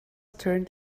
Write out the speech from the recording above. turned